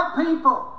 people